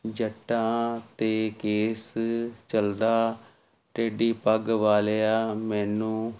ਜੱਟਾਂ 'ਤੇ ਕੇਸ ਚੱਲਦਾ ਟੇਡੀ ਪੱਗ ਵਾਲਿਆ ਮੈਨੂੰ